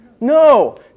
No